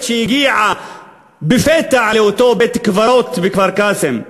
שהגיעה לפתע לאותו בית-קברות בכפר-קאסם.